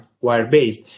wire-based